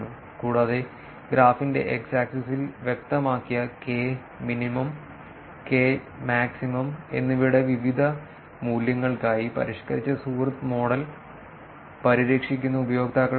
കൂടാതെ ഗ്രാഫിന്റെ x ആക്സിസിൽ വ്യക്തമാക്കിയ k min k max എന്നിവയുടെ വിവിധ മൂല്യങ്ങൾക്കായി പരിഷ്കരിച്ച സുഹൃത്ത് മോഡൽ പരിരക്ഷിക്കുന്ന ഉപയോക്താക്കളുടെ എണ്ണം